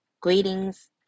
greetings